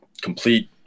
complete